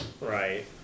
Right